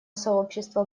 сообщество